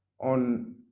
on